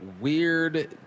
weird